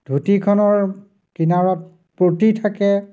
ধুতিখনৰ কিনাৰত পতি থাকে